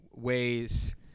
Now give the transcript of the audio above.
ways